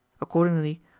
Accordingly